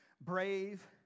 brave